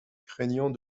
craignant